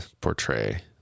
portray